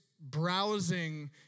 browsing